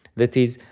that is,